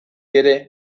ere